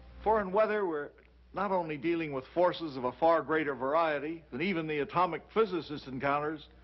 foreign weather, we're not only dealing with forces of a far greater variety than even the atomic physicists encounters,